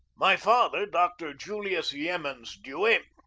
my father, doctor julius yemans dewey,